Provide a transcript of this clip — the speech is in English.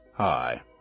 Hi